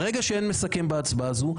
ברגע שאין מסכם בהצבעה הזו,